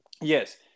Yes